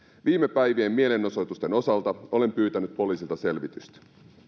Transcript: viime päivien mielenosoitusten osalta olen pyytänyt poliisilta selvitystä